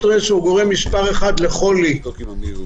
סטרס הוא גורם מס' 1 לחולי מתמשך,